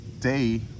day